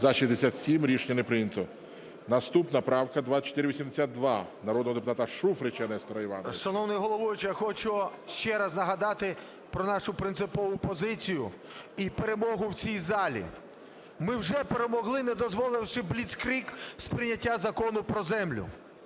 За-67 Рішення не прийнято. Наступна правка – 2482, народного депутата Шуфрича Нестора Івановича. 13:36:37 ШУФРИЧ Н.І. Шановний головуючий, я хочу ще раз нагадати про нашу принципову позицію і перемогу в цій залі. Ми вже перемогли, не дозволивши бліцкриг сприйняття Закону про землю.